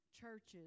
churches